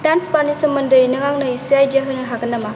dance बारनि सोमोन्दै नों आंनो इसे आइडिया होनो हागोन नामा